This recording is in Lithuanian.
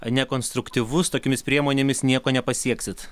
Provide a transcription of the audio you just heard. nekonstruktyvus tokiomis priemonėmis nieko nepasieksit